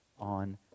on